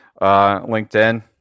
LinkedIn